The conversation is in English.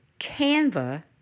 Canva